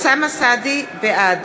בעד